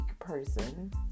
person